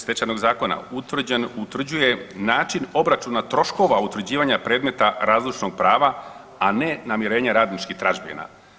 Stečajnog zakona utvrđen, utvrđuje način obračuna troškova utvrđivanja predmeta razlučnog prava, a ne namirenje radnički tražbina.